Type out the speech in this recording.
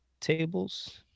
tables